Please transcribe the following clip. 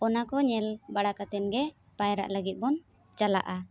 ᱚᱱᱟ ᱠᱚ ᱧᱮᱞ ᱵᱟᱲᱟ ᱠᱟᱛᱮᱱ ᱜᱮ ᱯᱟᱭᱨᱟᱜ ᱞᱟᱹᱜᱤᱫ ᱵᱚᱱ ᱪᱟᱞᱟᱜᱼᱟ